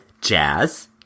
Jazz